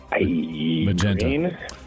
Magenta